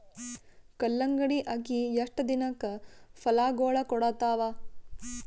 ಕಲ್ಲಂಗಡಿ ಅಗಿ ಎಷ್ಟ ದಿನಕ ಫಲಾಗೋಳ ಕೊಡತಾವ?